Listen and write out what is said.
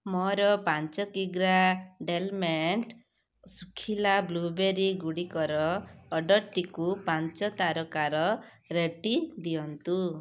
ମୋର ପାଞ୍ଚ କିଗ୍ରା ଡେଲମେଣ୍ଟ୍ ଶୁଖିଲା ବ୍ଲୁବେରୀଗୁଡ଼ିକର ଅର୍ଡ଼ର୍ଟିକୁ ପାଞ୍ଚ ତାରକାର ରେଟିଂ ଦିଅନ୍ତୁ